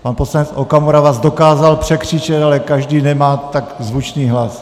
Pan poslanec Okamura vás dokázal překřičet, ale každý nemá tak zvučný hlas.